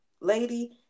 lady